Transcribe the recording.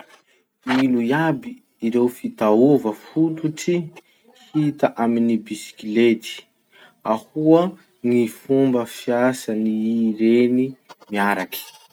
Ino iaby ireo fitaova fototsy hita amin'ny bisikilety? Ahoa ny fomba fiasan'ireny miaraky?